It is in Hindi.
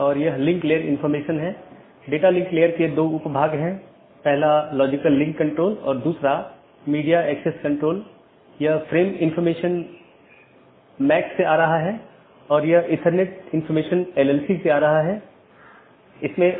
किसी भी ऑटॉनमस सिस्टमों के लिए एक AS नंबर होता है जोकि एक 16 बिट संख्या है और विशिष्ट ऑटोनॉमस सिस्टम को विशिष्ट रूप से परिभाषित करता है